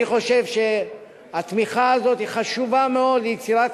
אני חושב שהתמיכה הזאת חשובה מאוד ליצירת